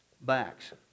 backs